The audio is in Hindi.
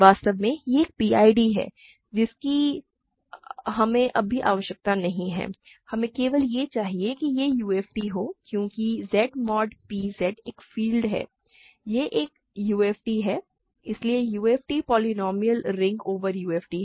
वास्तव में यह एक PID है जिसकी हमें अभी आवश्यकता नहीं है हमें केवल यह चाहिए कि यह UFD हो क्योंकि Z mod p Z एक फ़ील्ड है यह एक UFD है इसलिए UFD polynomial ring over UFD है